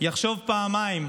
יחשוב פעמיים